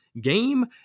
game